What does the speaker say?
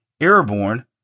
Airborne